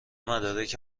مدارک